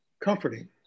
comforting